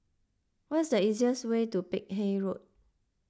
what is the easiest way to Peck Hay Road